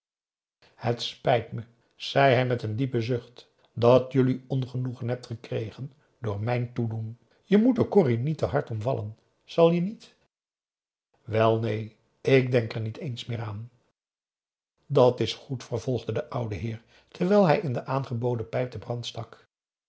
het spijt me zei hij met een diepe zucht dat jullie ongenoegen hebt gekregen door mijn toedoen je moet er corrie niet hard om vallen zal je niet wel neen ik denk er niet eens meer aan dat is goed vervolgde de oude heer terwijl hij in de aangeboden pijp den